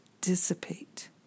dissipate